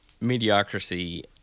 mediocrity